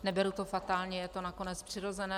Neberu to fatálně, je to nakonec přirozené.